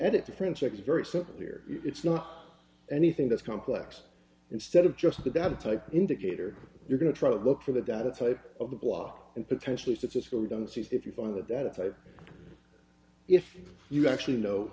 r friendships very simple here it's not anything that's complex instead of just the data type indicator you're going to try to look for the data type of the block and potentially to just go down see if you find that that if i if you actually know